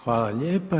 Hvala lijepo.